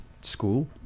school